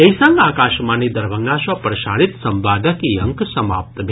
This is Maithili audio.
एहि संग आकाशवाणी दरभंगा सँ प्रसारित संवादक ई अंक समाप्त भेल